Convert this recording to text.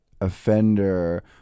offender